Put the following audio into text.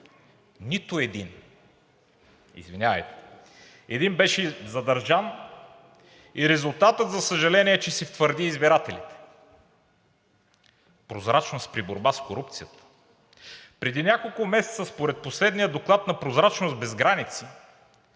един беше задържан и резултатът, за съжаление, е, че си втвърди избирателите. Прозрачност при борба с корупцията. Преди няколко месеца според последния доклад на „Прозрачност без граници“